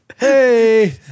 Hey